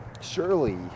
Surely